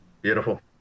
Beautiful